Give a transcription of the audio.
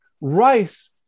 rice